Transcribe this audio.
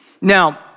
Now